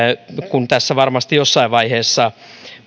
kun tässä varmasti jossain vaiheessa